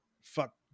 fuck